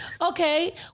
Okay